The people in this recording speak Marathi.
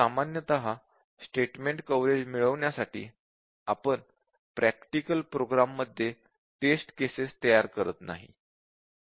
सामान्यत स्टेटमेंट कव्हरेज मिळवण्यासाठी आपण प्रॅक्टिकल प्रोग्राममध्ये टेस्ट केसेस तयार करत नाही